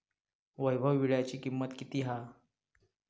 वैभव वीळ्याची किंमत किती हा?